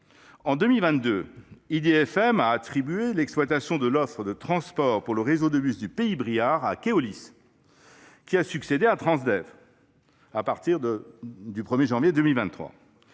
en 2022, IDFM a attribué l’exploitation de l’offre de transport pour le réseau de bus du Pays Briard à Keolis, qui a succédé à Transdev au 1 janvier 2023.